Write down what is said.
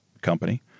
company